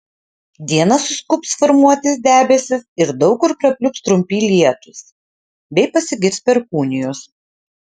dieną suskubs formuotis debesys ir daug kur prapliups trumpi lietūs bei pasigirs perkūnijos